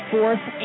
Fourth